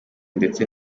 ndetse